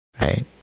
Right